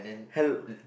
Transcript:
hell